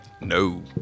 No